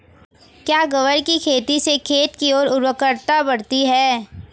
क्या ग्वार की खेती से खेत की ओर उर्वरकता बढ़ती है?